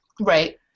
Right